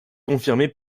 confirmé